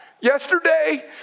yesterday